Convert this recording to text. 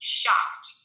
shocked